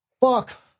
Fuck